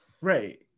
Right